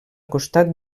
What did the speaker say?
costat